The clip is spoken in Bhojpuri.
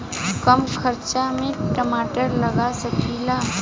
कम खर्च में टमाटर लगा सकीला?